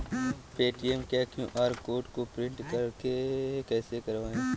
Paytm के QR code को print कैसे करवाएँ?